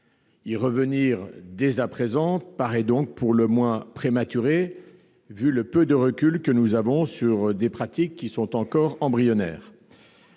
dessus dès à présent paraît donc pour le moins prématuré, au vu du faible recul que nous avons sur des pratiques qui sont encore embryonnaires.